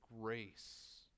grace